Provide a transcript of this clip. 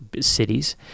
cities